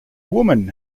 woman